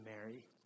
Mary